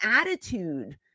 attitude